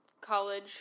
college